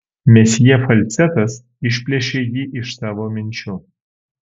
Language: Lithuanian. mesjė falcetas išplėšė jį iš savo minčių